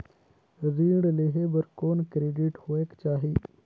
ऋण लेहे बर कौन क्रेडिट होयक चाही?